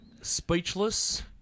speechless